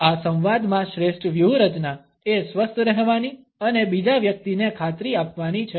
આ સંવાદમાં શ્રેષ્ઠ વ્યૂહરચના એ સ્વસ્થ રહેવાની અને બીજા વ્યક્તિને ખાતરી આપવાની છે